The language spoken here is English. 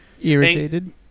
Irritated